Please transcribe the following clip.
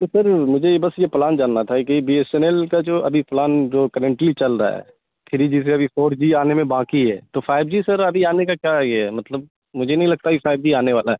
تو سر مجھے بس یہ پلان جاننا تھا کہ بی ایس این ایل کا جو ابھی پلان جو کرنٹلی چل رہا ہے تھری جی سے ابھی فور جی آنے میں باقی ہے تو فائیو جی سر ابھی آنے کا کیا یہ ہے مطلب مجھے نہیں لگتا کہ فائیو جی آنے والا ہے